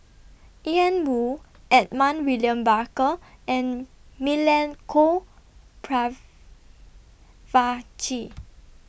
Ian Woo Edmund William Barker and Milenko Prvacki